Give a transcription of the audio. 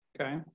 Okay